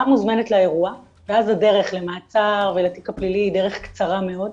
מוזמנת לאירוע ואז הדרך למעצר ולתיק הפלילי היא דרך קצרה מאוד.